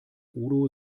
udo